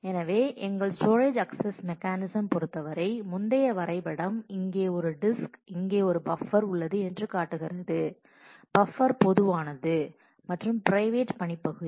எனவே எங்கள் storage access mechanism பொறுத்தவரை முந்தைய வரைபடம் இங்கே ஒரு டிஸ்க் இங்கே ஒரு பஃப்பர் உள்ளது என்று காட்டுகிறது பஃப்பர் பொதுவானது மற்றும் பிரைவேட் பணி பகுதி